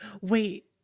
Wait